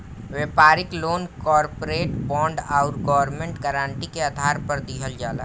व्यापारिक loan corporate bond आउर government guarantee के आधार पर दिहल जाला